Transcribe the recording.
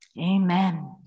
amen